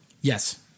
Yes